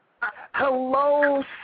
Hello